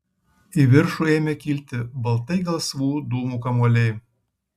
į viršų ėmė kilti baltai gelsvų dūmų kamuoliai